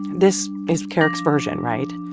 this is kerrick's version, right?